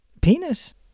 penis